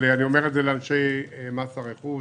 אני אומר את זה לאנשי מס הרכוש,